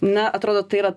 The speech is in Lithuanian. na atrodo tai yra